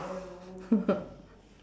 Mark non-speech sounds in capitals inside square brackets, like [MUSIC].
[LAUGHS]